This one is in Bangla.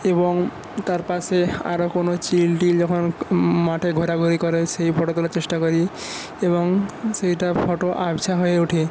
এবং তার পাশে আরও কোনও চিল টিল যখন মাঠে ঘোরাঘুরি করে সেই ফটো তোলার চেষ্টা করি এবং সেইটার ফটো আবছা হয়ে ওঠে